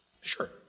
Sure